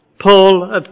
Paul